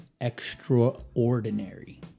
extraordinary